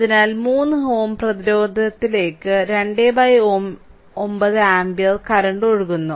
അതിനാൽ 3 Ω പ്രതിരോധത്തിലേക്ക് 29 ampere current ഒഴുകുന്നു